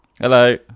Hello